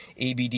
abd